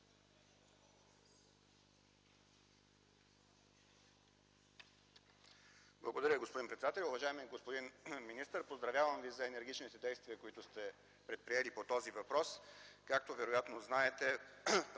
Благодаря, господин председател. Уважаеми господин министър, поздравявам Ви за енергичните действия, които сте предприели по този въпрос. Както вероятно знаете,